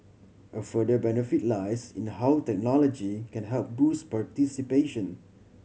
a further benefit lies in how technology can help boost participation